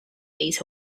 these